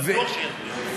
אני בטוח שיצביעו.